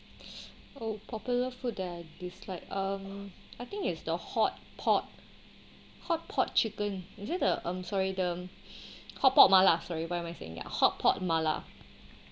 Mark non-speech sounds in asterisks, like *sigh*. *breath* oh popular food that I dislike um I think it's the hotpot hotpot chicken is that the um sorry the *breath* hotpot mala sorry why am I saying that hotpot mala